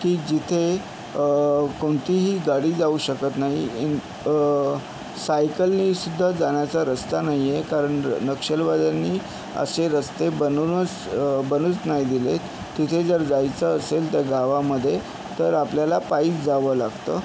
की जिथे कोणतीही गाडी जाऊ शकत नाही सायकलनेसुद्धा जाण्याचा रस्ता नाहीे आहे कारण नक्षलवाद्यांनी असे रस्ते बनूनच बनूच नाही दिले तिथे जर जायचं असेल गावामध्ये तर आपल्याला पायी जावं लागतं